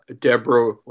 Deborah